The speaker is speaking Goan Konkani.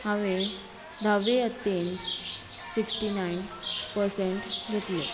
हांवें धावे यत्तेंत सिक्टी नायन पर्संट घेतलें